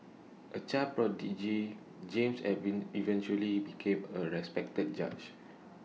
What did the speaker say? A child prodigy James eventually became A respected judge